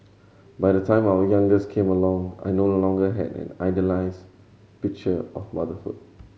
by the time our youngest came along I no longer had an idealised picture of motherhood